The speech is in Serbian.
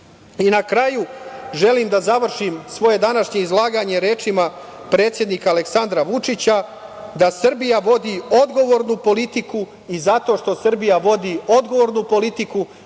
kraju, želim da završim svoje današnje izlaganje rečima predsednika Aleksandra Vučića - Srbija vodi odgovornu politiku i zato što Srbija vodi odgovornu politiku